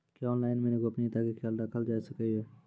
क्या ऑनलाइन मे गोपनियता के खयाल राखल जाय सकै ये?